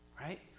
right